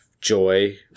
joy